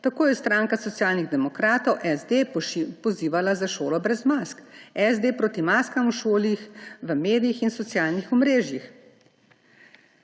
Tako je stranka Socialnih demokratov – SD pozivala za šolo brez mas, SD proti maskam v šolah, v medijih in socialnih omrežjih.